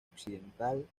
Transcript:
occidental